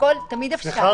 לשקול תמיד אפשר,